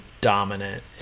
dominant